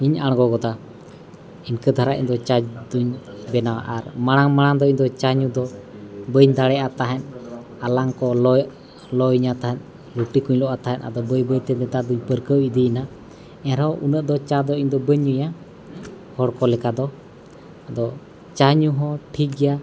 ᱤᱧ ᱟᱬᱜᱚ ᱜᱚᱫᱟ ᱤᱱᱠᱟᱹ ᱫᱷᱟᱨᱟ ᱤᱧᱫᱚ ᱪᱟ ᱫᱚᱧ ᱵᱮᱱᱟᱣᱟ ᱟᱨ ᱢᱟᱲᱟᱝᱼᱢᱟᱲᱟᱝ ᱫᱚ ᱤᱧᱫᱚ ᱪᱟ ᱧᱩᱫᱚ ᱵᱟᱹᱧ ᱫᱟᱲᱮᱭᱟᱜ ᱛᱟᱦᱮᱸᱫ ᱟᱞᱟᱝᱠᱚ ᱞᱚᱜ ᱞᱚᱜ ᱤᱧᱟᱹᱜ ᱛᱟᱦᱮᱸᱫ ᱞᱩᱴᱤᱠᱚᱧ ᱞᱚᱜ ᱛᱟᱦᱮᱸᱫ ᱵᱟᱹᱭᱼᱵᱟᱹᱭᱛᱮ ᱱᱮᱛᱟᱨ ᱫᱚᱧ ᱯᱟᱹᱨᱠᱟᱹᱣ ᱤᱫᱤᱭᱮᱱᱟ ᱮᱱᱨᱮᱦᱚᱸ ᱩᱱᱟᱹᱜ ᱫᱚ ᱪᱟ ᱫᱚ ᱤᱧᱫᱚ ᱵᱟᱹᱧ ᱧᱩᱭᱟ ᱦᱚᱲᱠᱚ ᱞᱮᱠᱟ ᱫᱚ ᱟᱫᱚ ᱪᱟ ᱧᱩᱦᱚᱸ ᱴᱷᱤᱠ ᱜᱮᱭᱟ